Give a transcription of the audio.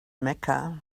mecca